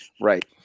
Right